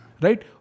right